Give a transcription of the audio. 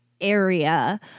area